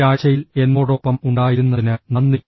ഈ ആഴ്ചയിൽ എന്നോടൊപ്പം ഉണ്ടായിരുന്നതിന് നന്ദി